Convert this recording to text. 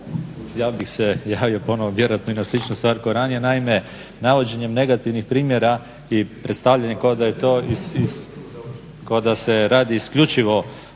Ja bih se javio ponovno na sličnu stvar kao i ranije. Naime, navođenjem negativnih primjera i predstavljanjem kao da je to, kao da se radi isključivo